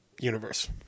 universe